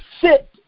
sit